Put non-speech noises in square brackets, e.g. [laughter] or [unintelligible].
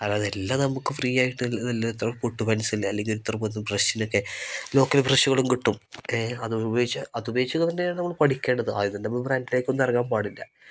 അതതെല്ലാം നമുക്ക് ഫ്രീ ആയിട്ട് [unintelligible] പൊട്ട് പെൻസില് അല്ലങ്കിൽ ഇത്ര [unintelligible] ബ്രഷിനൊക്കെ ലോക്കൽ ബ്രഷുകളും കിട്ടും ഏ അത് ഉപോഗിച്ച് അത് ഉപയോഗിച്ച് തന്നെയാണ് നമ്മൾ പഠിക്കേണ്ടത് അദ്യം തന്നെ നമ്മൾ ബ്രാൻറ്റിലേക്കൊന്നും ഇറങ്ങാൻ പാടില്ല